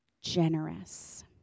generous